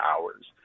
hours